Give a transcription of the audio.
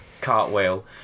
cartwheel